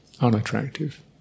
unattractive